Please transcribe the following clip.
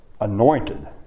anointed